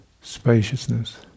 spaciousness